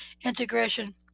integration